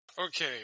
Okay